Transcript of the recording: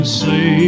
say